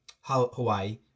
Hawaii